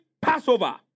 Passover